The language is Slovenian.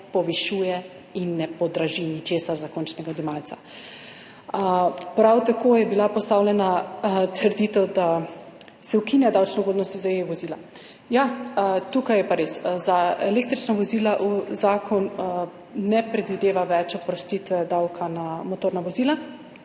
povišuje in ne podraži ničesar za končnega odjemalca. Prav tako je bila postavljena trditev, da se ukinja davčne ugodnosti za e-vozila. Ja, tukaj je pa res. Za električna vozila zakon ne predvideva več oprostitve davka na motorna vozila.